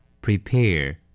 prepare